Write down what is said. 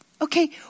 Okay